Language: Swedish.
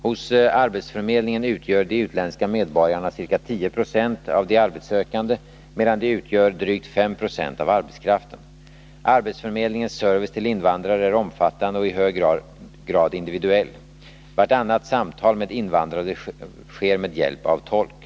Hos arbetsförmedlingen utgör de utländska medborgarna ca 10 96 av de arbetssökande, medan de utgör drygt 5 96 av arbetskraften. Arbetsförmedlingens service till invandrare är omfattande och i hög grad individuell. Vartannat samtal med invandrare sker med hjälp av tolk.